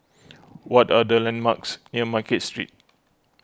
what are the landmarks near Market Street